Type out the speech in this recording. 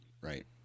Right